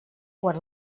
quan